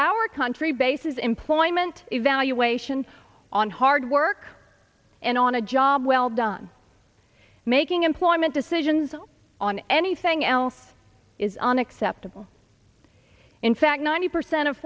our country bases employment evaluation on hard work and on a job well done making employment decisions on anything else is unacceptable in fact ninety percent of